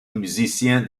musicien